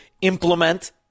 implement